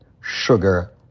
Sugar